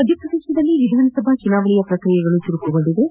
ಮಧ್ಯಪ್ರದೇಶದಲ್ಲಿ ವಿಧಾನಸಭೆ ಚುನಾವಣೆಯ ಪ್ರಕ್ರಿಯೆಗಳು ಚುರುಕುಗೊಂಡಿವೆ